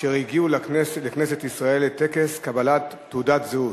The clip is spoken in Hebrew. אשר הגיעו לכנסת ישראל לטקס קבלת תעודת זהות.